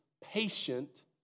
patient